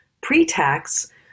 Pre-tax